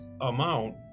amount